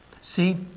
See